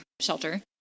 shelter